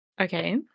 Okay